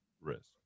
risk